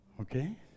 Okay